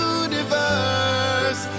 universe